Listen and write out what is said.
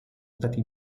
stati